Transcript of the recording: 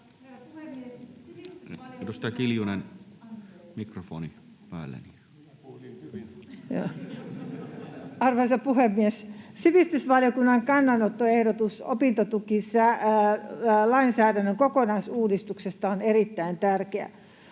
Arvoisa puhemies! Sivistysvaliokunnan kannanottoehdotus opintotukilainsäädännön kokonaisuudistuksesta on erittäin tärkeä.